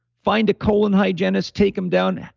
find a colon hygienist, take him down,